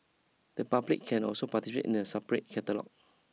the public can also participate in a separate category